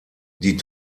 die